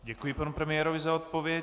Děkuji panu premiérovi za odpověď.